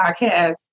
podcast